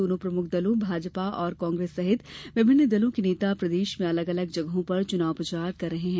दोनों प्रमुख दलों भाजपा और कांग्रेस सहित विभिन्न दलों के नेता प्रदेश में अलग अलग जगहों पर चुनाव प्रचार कर रहे हैं